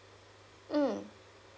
mm